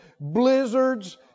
blizzards